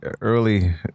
early